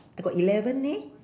I got eleven eh